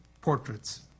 portraits